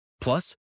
Plus